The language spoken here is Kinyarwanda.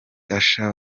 usher